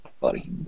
buddy